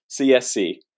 CSC